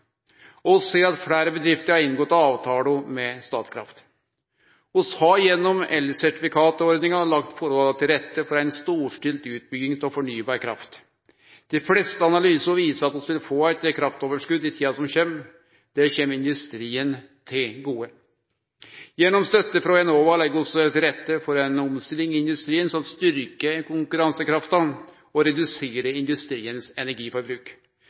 og vi ser at fleire bedrifter har inngått avtaler med Statkraft. Vi har gjennom elsertifikatordninga lagt forholda til rette for ei storstilt utbygging av fornybar kraft. Dei fleste analysane viser at vi vil få eit kraftoverskot i tida som kjem. Det kjem industrien til gode. Gjennom støtte frå Enova legg vi til rette for ei omstilling i industrien som styrkjer konkurransekrafta og reduserer industriens energiforbruk.